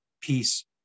Peace